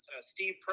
Steve